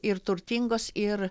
ir turtingos ir